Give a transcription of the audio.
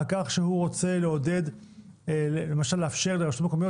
על כך שהוא רוצה למשל לאפשר לרשויות מקומיות